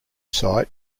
site